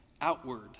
outward